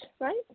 right